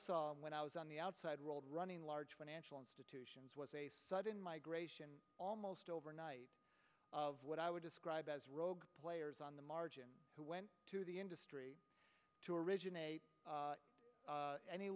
saw when i was on the outside world running large financial institutions was a sudden migration almost overnight of what i would describe as rogue players on the margin who went to the industry to originate